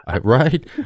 right